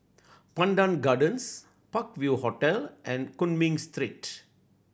Pandan Gardens Park View Hotel and Cumming Street